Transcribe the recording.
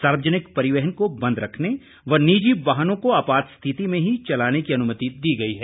सार्वजनिक परिवहन को बंद रखने व निजी वाहनों को आपात स्थिति में ही चलाने की अनुमति दी गई है